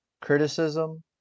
Criticism